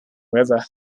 river